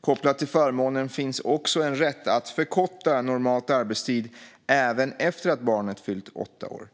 Kopplat till förmånen finns också en rätt att förkorta normal arbetstid även efter att barnet fyllt 8 år.